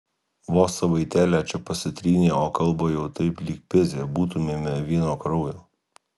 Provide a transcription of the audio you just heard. vos savaitėlę čia pasitrynė o kalba jau taip lyg pizė būtumėme vieno kraujo